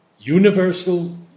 universal